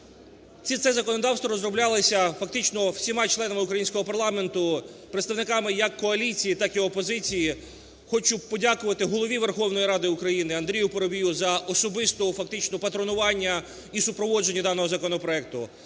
Це законодавство розроблялося фактично всіма членами українського парламенту, представниками як коаліції, так і опозиції. Хочу подякувати Голові Верховної Ради України АндріюПарубію за особисте фактично патронування і супроводження даного законопроекту.